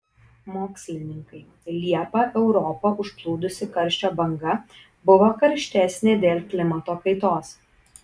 mokslininkai liepą europą užplūdusi karščio banga buvo karštesnė dėl klimato kaitos